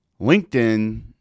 LinkedIn